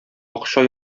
акча